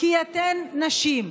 כי אתן נשים.